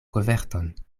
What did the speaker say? koverton